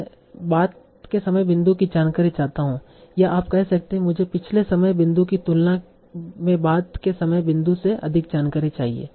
मैं बाद के समय बिंदु की जानकारी चाहता हूं या आप कह सकते हैं कि मुझे पिछले समय बिंदु की तुलना में बाद के समय बिंदु से अधिक जानकारी चाहिए